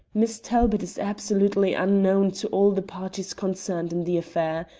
miss talbot is absolutely unknown to all the parties concerned in the affair.